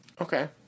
Okay